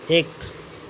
एक